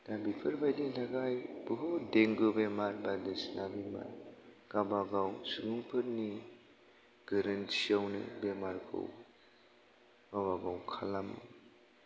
दा बेफोरबायदिनि थाखाय बहुत देंगु बेमार बायदिसिना गाबागाव सुबुंफोरनि गोरोनथिआवनो बेमारखौ गाबागव खालाम